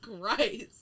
Christ